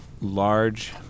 large